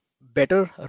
better